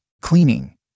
Cleaning